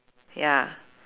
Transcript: ya